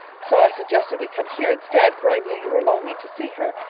so i suggested we come here instead, for i knew you were longing to see her.